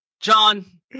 John